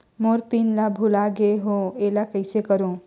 मोर pin ला भुला गे हो एला कइसे करो?